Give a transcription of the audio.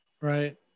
Right